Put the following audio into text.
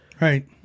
Right